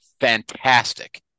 fantastic